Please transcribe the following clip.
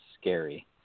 scary